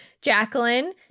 Jacqueline